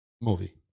movie